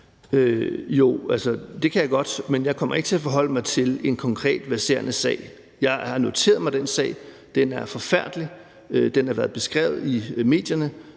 Jo, det kan jeg godt, men jeg kommer ikke til at forholde mig til en konkret verserende sag. Jeg har noteret mig den sag, den er forfærdelig, den har været beskrevet i medierne,